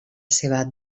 seva